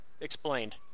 Explained